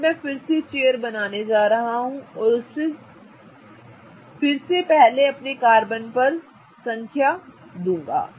तो अब मैं फिर से चेयर बनाने जा रहा हूं फिर से पहले अपने कार्बन नंबर 1 2 और 3 को फिर से नंबर 1 2 और 3 पर बनाऊंगा